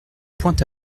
point